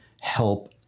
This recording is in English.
help